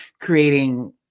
creating